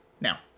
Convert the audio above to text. now